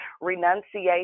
renunciation